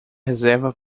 reserva